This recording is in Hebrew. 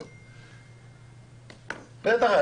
בטח.